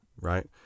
right